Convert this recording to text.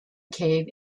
cave